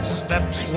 steps